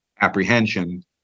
apprehension